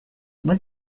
what